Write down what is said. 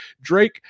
Drake